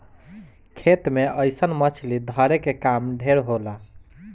खेत मे अइसन मछली धरे के काम ढेर होला